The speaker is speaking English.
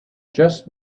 just